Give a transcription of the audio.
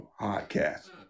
podcast